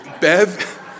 Bev